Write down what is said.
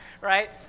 right